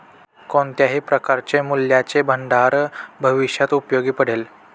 कोणत्याही प्रकारचे मूल्याचे भांडार भविष्यात उपयोगी पडेल